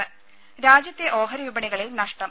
രുര രാജ്യത്തെ ഓഹരി വിപണികളിൽ നഷ്ടം